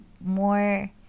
more